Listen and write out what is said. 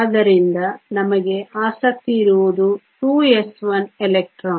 ಆದ್ದರಿಂದ ನಿಮಗೆ ಆಸಕ್ತಿಯಿರುವುದು 2s1 ಎಲೆಕ್ಟ್ರಾನ್